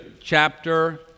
chapter